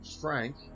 Frank